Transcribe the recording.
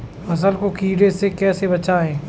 फसल को कीड़े से कैसे बचाएँ?